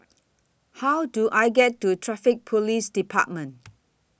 How Do I get to Traffic Police department